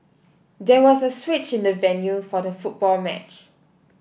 there was a switch in the venue for the football match